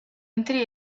entre